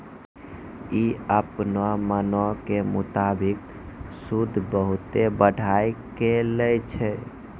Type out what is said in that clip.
इ अपनो मनो के मुताबिक सूद बहुते बढ़ाय के लै छै